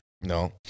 No